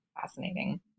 Fascinating